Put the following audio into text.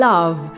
Love